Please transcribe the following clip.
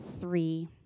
three